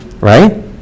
Right